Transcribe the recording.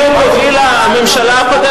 אחרי, הרי לזה בדיוק הובילה הממשלה הקודמת.